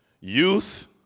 youth